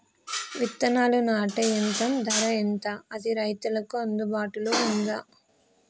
విత్తనాలు నాటే యంత్రం ధర ఎంత అది రైతులకు అందుబాటులో ఉందా?